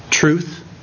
Truth